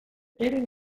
eren